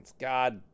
god